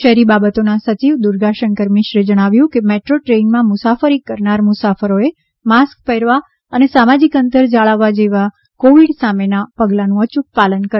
શહેરી બાબતોના સચિવ દુર્ગાશંકર મિશ્રે જણાવ્યું છે કે મેટ્રો ટ્રેનમાં મુસાફરી કરનાર મુસાફરોએ માસ્ક પહેરવા અને સામાજીક અંતર જાળવવા જેવા કોવીડ સામેના પગલાનું અચુક પાલન કરવાનું રહેશે